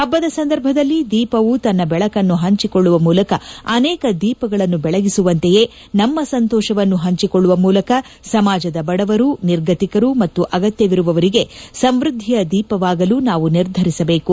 ಹಬ್ಬದ ಸಂದರ್ಭದಲ್ಲಿ ದೀಪವು ತನ್ನ ಬೆಳಕನ್ನು ಹಂಚಿಕೊಳ್ಳುವ ಮೂಲಕ ಅನೇಕ ದೀಪಗಳನ್ನು ಬೆಳಗಿಸುವಂತೆಯೇ ನಮ್ನ ಸಂತೋಷವನ್ನು ಹಹಚಿಕೊಳ್ಳುವ ಮೂಲಕ ಸಮಾಜದ ಬಡವರು ನಿರ್ಗತಿಕರು ಮತ್ತು ಅಗತ್ಯವಿರುವವರಿಗೆ ಸಂವ್ಯದ್ದಿಯ ದೀಪವಾಗಲು ನಾವು ನಿರ್ಧರಿಸಬೇಕು